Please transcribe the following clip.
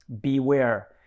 beware